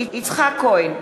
יצחק כהן,